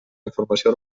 informació